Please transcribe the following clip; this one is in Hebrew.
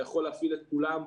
אתה יכול להפעיל את כולם,